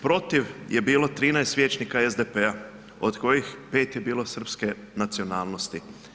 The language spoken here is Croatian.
Protiv je bilo 13 vijećnika SDP-a od kojih 5 je bilo srpske nacionalnosti.